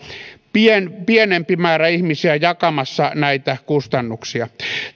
pienempi määrä ihmisiä jakamassa näitä kustannuksia